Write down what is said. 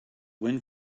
window